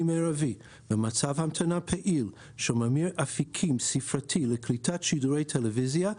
מרבי במצב המתנה פעיל של ממיר אפיקים ספרתי לקליטת שידורי טלוויזיה),